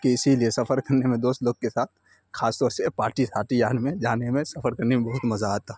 کہ اسی لیے سفر کرنے میں دوست لوگ کے ساتھ خاص طور سے پارٹی سارٹی آر میں جانے میں سفر کرنے میں بہت مزہ آتا ہے